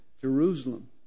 Jerusalem